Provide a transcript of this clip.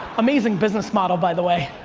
amazing business model, by the way.